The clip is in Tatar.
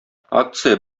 акция